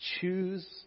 choose